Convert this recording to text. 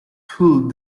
pulled